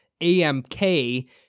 AMK